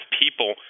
people